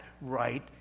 right